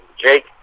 Jake